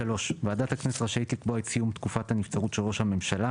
(3)ועדת הכנסת רשאית לקבוע את סיום תקופת הנבצרות של ראש הממשלה